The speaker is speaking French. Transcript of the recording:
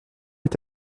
est